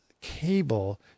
cable